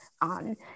on